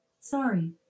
Sorry